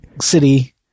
city